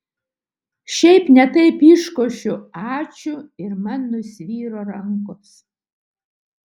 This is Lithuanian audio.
šiaip ne taip iškošiu ačiū ir man nusvyra rankos